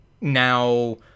now